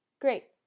great